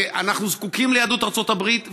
ואנחנו זקוקים ליהדות ארצות הברית,